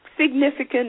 significant